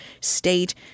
state